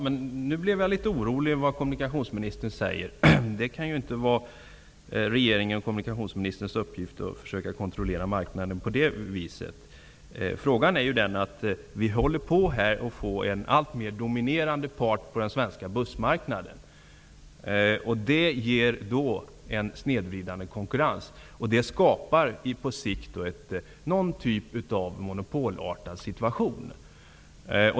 Fru talman! Jag blir litet orolig över vad kommunikationsministern nu säger. Det kan inte vara regeringens och kommunikationsministerns uppgift att försöka kontrollera marknaden på det sättet. En part håller på att bli alltmer dominerande på den svenska bussmarknaden, och det ger en snedvriden konkurrens. Det skapar på sikt en monopolartad situation.